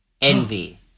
Envy